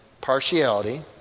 partiality